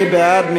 מי בעד?